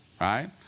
right